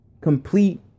Complete